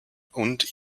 und